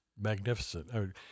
magnificent